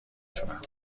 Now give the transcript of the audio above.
تونم